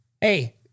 Hey